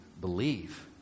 believe